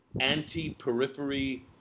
anti-periphery